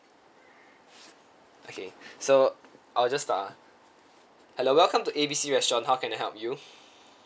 okay so I'll just start ah hello welcome to A B C restaurant how can I help you